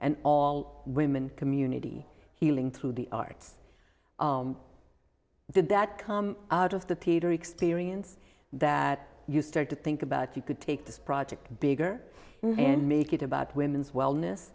an all women community healing through the arts did that come out of the theater experience that you start to think about you could take this project bigger and make it about women's wellness